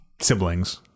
siblings